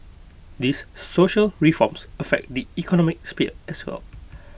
these social reforms affect the economic sphere as well